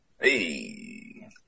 Hey